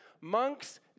Monks